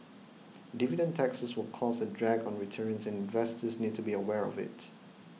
dividend taxes will cause a drag on returns and investors need to be aware of it